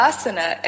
Asana